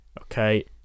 Okay